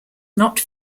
not